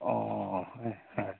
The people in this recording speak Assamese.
অঁ হয়